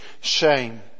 shame